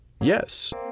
Yes